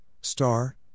star